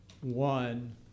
One